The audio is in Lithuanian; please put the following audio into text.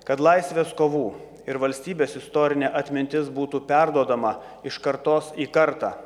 kad laisvės kovų ir valstybės istorinė atmintis būtų perduodama iš kartos į kartą